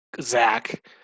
Zach